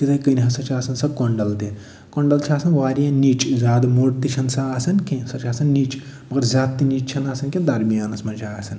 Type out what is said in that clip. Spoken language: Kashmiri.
تِتھَے کٔنۍ ہَسا چھِ آسان سۄ کۄنٛڈل تہِ کۄنٛڈل چھِ آسان وارِیاہ نِچ زیادٕ موٚٹ تہِ چھَنہٕ سۄ آسان کیٚنٛہہ سۄ چھِ آسان نِچ مگر زیادٕ تہِ نِچ چھَنہٕ آسان کیٚنٛہہ درمِیانس منٛز چھِ آسان